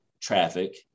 traffic